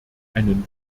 einen